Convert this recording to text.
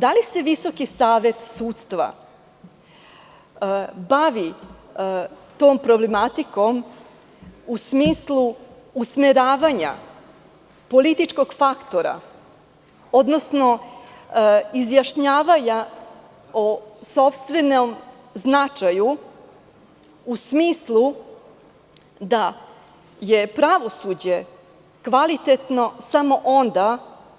Da li se Visoki savet sudstva bavi tom problematikom u smislu usmeravanja političkog faktora odnosno izjašnjavanja o sopstvenom značaju u smislu da je pravosuđe kvalitetno samo onda